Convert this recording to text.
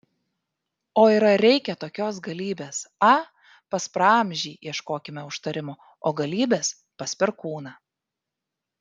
o ir ar reikia tokios galybės a pas praamžį ieškokime užtarimo o galybės pas perkūną